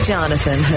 Jonathan